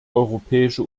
europäische